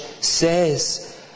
says